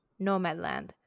Nomadland